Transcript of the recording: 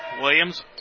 Williams